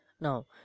Now